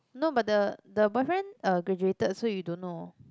no but the the boyfriend uh graduated so you don't know